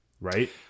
Right